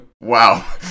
wow